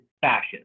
fashion